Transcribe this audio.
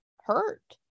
hurt